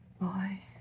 Boy